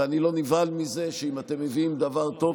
ואני לא נבהל מזה שאם אתם מביאים דבר טוב,